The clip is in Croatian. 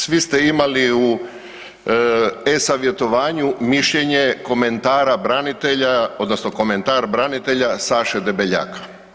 Svi ste imali u e-savjetovanju mišljenje komentara branitelja odnosno komentar branitelja Saše Debeljaka.